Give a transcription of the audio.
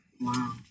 Wow